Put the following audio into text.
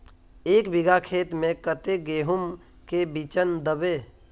एक बिगहा खेत में कते गेहूम के बिचन दबे?